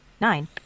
nine